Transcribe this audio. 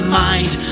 mind